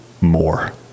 more